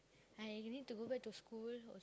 I need to go back to school al~